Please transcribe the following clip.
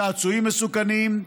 צעצועים מסוכנים,